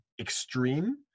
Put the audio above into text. extreme